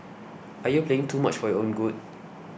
are you playing too much for your own good